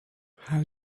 how